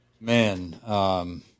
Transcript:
Man –